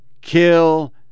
kill